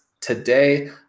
today